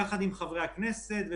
אני אומר דבר אחד,